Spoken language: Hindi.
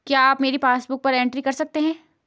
क्या आप मेरी पासबुक बुक एंट्री कर सकते हैं?